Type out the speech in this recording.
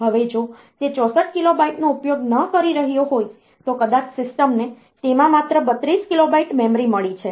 હવે જો તે 64 કિલોબાઈટનો ઉપયોગ ન કરી રહ્યો હોય તો કદાચ સિસ્ટમને તેમાં માત્ર 32 કિલોબાઈટ મેમરી મળી છે